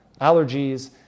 allergies